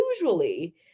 usually